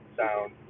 sound